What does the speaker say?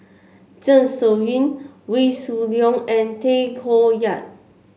Zeng Shouyin Wee Shoo Leong and Tay Koh Yat